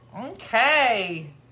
Okay